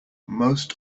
most